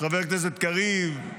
חבר הכנסת קריב,